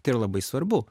tai yra labai svarbu